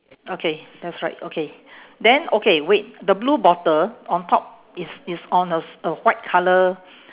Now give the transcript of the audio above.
okay that's right okay then okay wait the blue bottle on top is is on a s~ a white colour